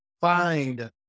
find